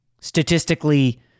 statistically